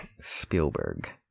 spielberg